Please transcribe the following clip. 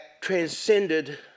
transcended